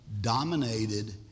dominated